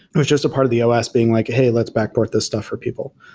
it was just a part of the os being like, hey, let's backport this stuff for people.